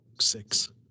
six